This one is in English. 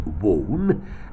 worn